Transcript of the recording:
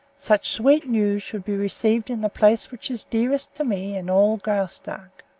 such sweet news should be received in the place which is dearest to me in all graustark.